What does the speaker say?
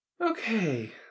Okay